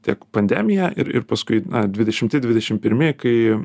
tiek pandemija ir ir paskui dvidešimti dvidešim pirmi kai